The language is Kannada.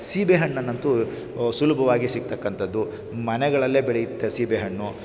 ಸೀಬೆಹಣ್ಣನ್ನಂತೂ ಸುಲಭವಾಗಿ ಸಿಕ್ತಕ್ಕಂಥದ್ದು ಮನೆಗಳಲ್ಲೇ ಬೆಳೆಯುತ್ತೆ ಸೀಬೆಹಣ್ಣು